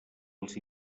els